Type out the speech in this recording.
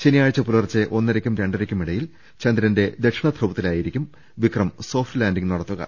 ശനിയാഴ്ച പുലർച്ചെ ഒന്നരയ്ക്കും രണ്ടരയ്ക്കും ഇടയിൽ ചന്ദ്രന്റെ ദക്ഷിണ ധ്രുവത്തിലായിരിക്കും വിക്രം സോഫ്റ്റ് ലാൻഡിങ് നടത്തുക